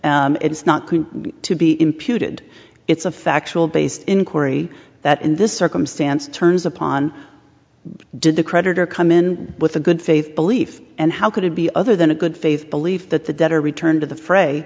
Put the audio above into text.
g it's not going to be imputed it's a factual based inquiry that in this circumstance turns upon did the creditor come in with a good faith belief and how could it be other than a good faith belief that the debtor returned to the fray